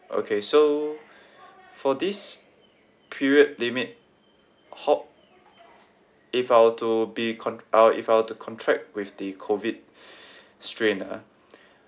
okay so for this period limit ho~ if I were to be cont~ uh if I were to contract with the COVID strain ah